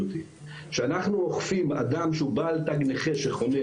כשאנחנו אוכפים אדם שהוא בעל תג נכה שחונה